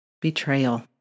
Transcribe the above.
Betrayal